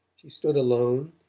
she stood alone,